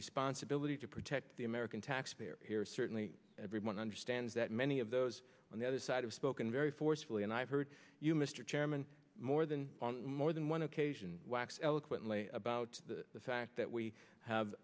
responsibility to protect the american taxpayer here certainly everyone understands that many of those on the other side of spoken very forcefully and i've heard you mr chairman more than on more than one occasion wax eloquently about the fact that we have